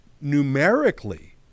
numerically